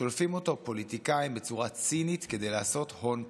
שולפים אותו פוליטיקאים בצורה צינית כדי לעשות הון פוליטי.